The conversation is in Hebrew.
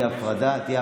רק אם היא תשים טלית,